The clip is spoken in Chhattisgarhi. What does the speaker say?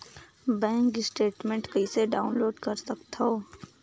बैंक स्टेटमेंट कइसे डाउनलोड कर सकथव?